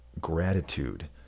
gratitude